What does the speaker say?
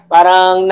Parang